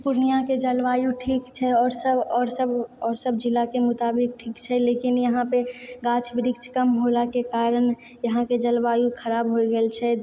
पूर्णियाके जलवायु ठीक छै आओर सब आओर सब आओर सब जिलाके मुताबिक ठीक छै लेकिन यहाँ पे गाछ वृक्ष कम होलाके कारण यहाँके जलवायु खराब होए गेल छै